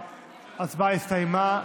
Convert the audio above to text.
ההצבעה הסתיימה.